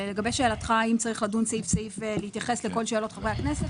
לגבי שאלתך האם צריך לדון סעיף סעיף ולהתייחס לכל שאלות חברי הכנסת,